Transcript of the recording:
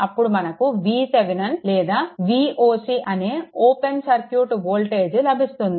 అప్పుడు మనకు VThevenin లేదా Voc అనే ఓపెన్ సర్క్యూట్ వోల్టేజ్ లభిస్తుంది